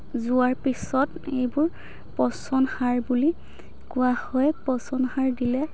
যোৱাৰ পিছত এইবোৰ পচন সাৰ বুলি কোৱা হয় পচন সাৰ দিলে